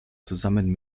zusammen